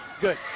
Good